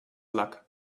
luck